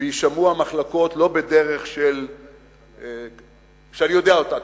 ויישמעו המחלוקות לא בדרך שאני יודע אותה,